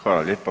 Hvala lijepo.